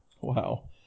Wow